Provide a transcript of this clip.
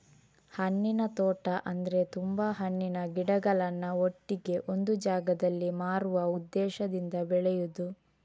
ಹಣ್ಣಿನ ತೋಟ ಅಂದ್ರೆ ತುಂಬಾ ಹಣ್ಣಿನ ಗಿಡಗಳನ್ನ ಒಟ್ಟಿಗೆ ಒಂದು ಜಾಗದಲ್ಲಿ ಮಾರುವ ಉದ್ದೇಶದಿಂದ ಬೆಳೆಯುದು